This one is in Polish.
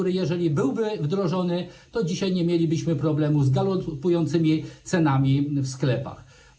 Gdyby był on wdrożony, dzisiaj nie mielibyśmy problemu z galopującymi cenami w sklepach.